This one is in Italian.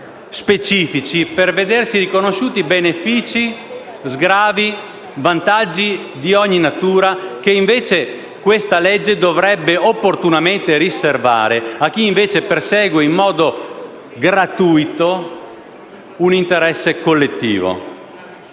specifici per vedere loro riconosciuti benefici, sgravi e vantaggi di ogni natura che, invece, questa legge dovrebbe opportunamente riservare a chi persegue in modo gratuito un interesse collettivo.